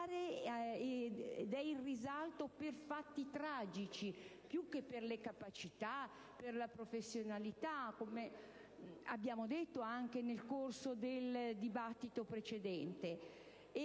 ed è in risalto per fatti tragici, più che per le capacità e la professionalità, come abbiamo detto anche nel corso del dibattito precedente.